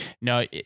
No